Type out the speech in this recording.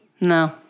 No